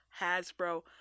Hasbro